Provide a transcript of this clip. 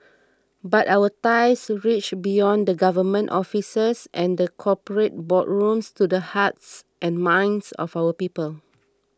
but our ties reach beyond the government offices and the corporate boardrooms to the hearts and minds of our people